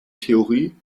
theorie